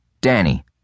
Danny